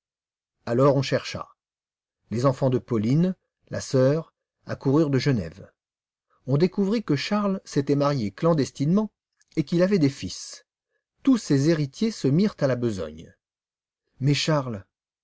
alors on chercha les enfants de pauline la sœur accoururent de genève on découvrit que charles s'était marié clandestinement et qu'il avait des fils tous ces héritiers se mirent à la besogne mais charles